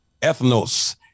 ethnos